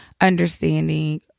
understanding